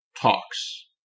talks